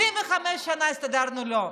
75 שנה הסתדרנו, לא.